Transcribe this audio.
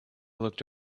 looked